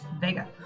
Vega